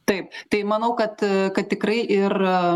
taip tai manau kad kad tikrai ir